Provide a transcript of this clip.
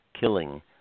killing